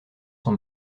son